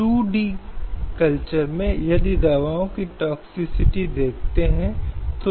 अब इन मूलभूत अधिकारों की गारंटी नागरिकों और कुछ मामलों में गैर नागरिकों के साथ साथ देश के लिए भी है